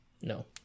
No